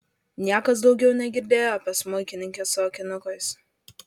niekas daugiau negirdėjo apie smuikininkę su akinukais